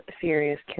serious